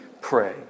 pray